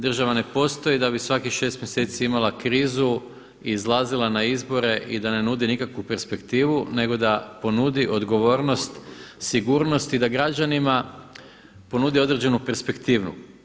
Država ne postoji da bi svakih šest mjeseci imala krizu, izlazila na izbore i da ne nudi nikakvu perspektivu nego da ponudi odgovornost sigurnosti i da građanima ponudi određenu perspektivu.